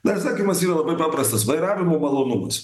dar sakymas yra ir labai paprastas vairavimo malonumas